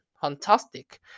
fantastic